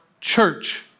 Church